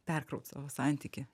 perkraut savo santykį